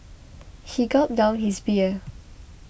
he gulped down his beer